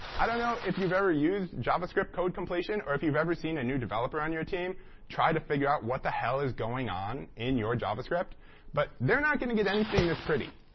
i don't know if you've ever used javascript code completion or if you've ever seen a new developer on your team try to figure out what the hell is going on in your javascript but they're not going to get anything this pretty.